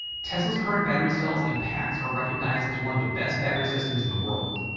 tesla's current battery cells and packs are recognized as one of the best battery systems in the world.